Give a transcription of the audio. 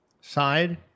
side